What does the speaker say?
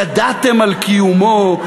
ידעתם על קיומו?